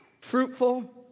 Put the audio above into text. fruitful